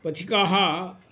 पथिकाः